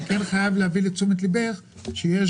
אני חייב להביא לתשומת ליבך שיש